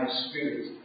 spirit